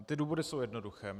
Ty důvody jsou jednoduché.